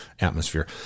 atmosphere